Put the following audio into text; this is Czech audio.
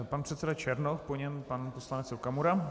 Pan předseda Černoch, po něm pan poslanec Okamura.